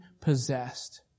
possessed